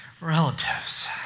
relatives